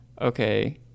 okay